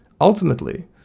Ultimately